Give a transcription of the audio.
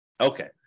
Okay